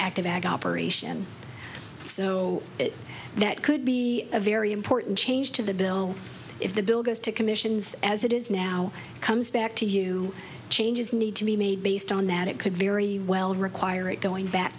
active ag operation so that could be a very important change to the bill if the bill goes to commissions as it is now comes back to you changes need to be made based on that it could very well require it going back